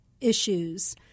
issues